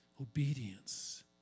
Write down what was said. obedience